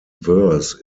verse